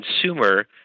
consumer